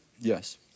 Yes